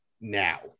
now